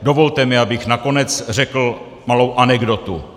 Dovolte mi, abych nakonec řekl malou anekdotu.